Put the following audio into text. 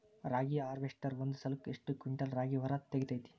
ರಾಗಿಯ ಹಾರ್ವೇಸ್ಟರ್ ಒಂದ್ ಸಲಕ್ಕ ಎಷ್ಟ್ ಕ್ವಿಂಟಾಲ್ ರಾಗಿ ಹೊರ ತೆಗಿತೈತಿ?